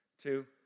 two